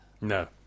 No